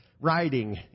riding